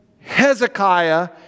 Hezekiah